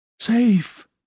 Safe